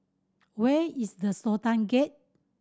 where is the Sultan Gate